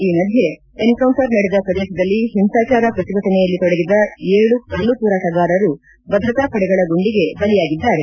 ಈ ಮಧ್ಯೆ ಎನ್ಕೌಂಟರ್ ನಡೆದ ಪ್ರದೇಶದಲ್ಲಿ ಹಿಂಸಾಚಾರ ಪ್ರತಿಭಟನೆಯಲ್ಲಿ ತೊಡಗಿದ ಏಳು ಕಲ್ಲುತೂರಾಟಗಾರರು ಭದ್ರತಾಪಡೆಗಳ ಗುಂಡಿಗೆ ಬಲಿಯಾಗಿದ್ದಾರೆ